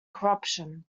corruption